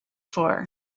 for